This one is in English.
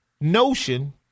notion